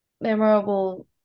memorable